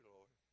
Lord